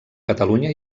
catalunya